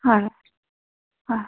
হয় হয়